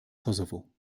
kosovo